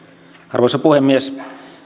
arvoisa puhemies